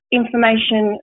information